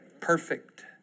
Perfect